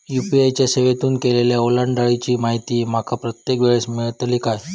UPI च्या सेवेतून केलेल्या ओलांडाळीची माहिती माका प्रत्येक वेळेस मेलतळी काय?